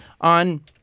on